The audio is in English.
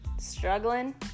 struggling